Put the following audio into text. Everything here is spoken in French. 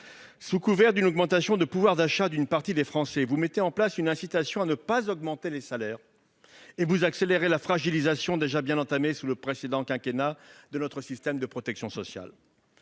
Sous couvert d'une augmentation du pouvoir d'achat d'une partie des Français, vous mettez en place une incitation à ne pas augmenter les salaires, et vous accélérez la fragilisation, déjà bien entamée sous le précédent quinquennat, de notre système de protection sociale.